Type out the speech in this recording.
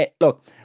look